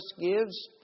gives